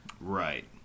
right